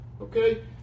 Okay